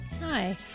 Hi